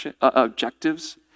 objectives